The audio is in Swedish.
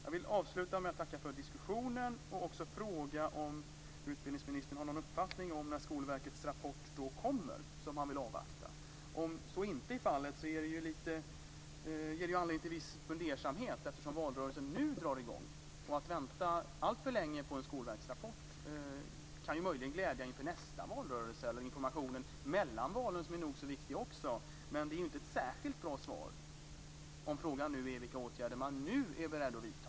Jag vill avsluta med att tacka för diskussionen och också fråga om utbildningsministern har någon uppfattning om när Skolverkets rapport kommer, som han vill avvakta. Om så inte är fallet ger det anledning till viss fundersamhet. Valrörelsen drar ju i gång nu. Att vänta länge på en skolverksrapport kan möjligen vara bra inför nästa valrörelse eller för informationen mellan valen, som är nog så viktig. Men det är inte ett särskilt bra svar om frågan är vilka åtgärder man nu är beredd att vidta.